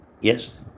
Yes